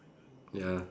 ya